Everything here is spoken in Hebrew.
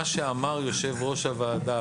מה שאמר יושב ראש הוועדה,